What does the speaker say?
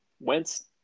Wentz